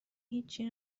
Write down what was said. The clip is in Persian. هیچی